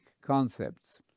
concepts